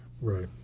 Right